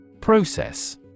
Process